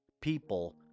people